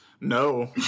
No